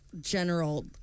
general